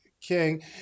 King